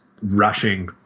rushing